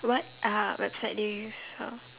what uh website do you use for